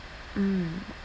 mm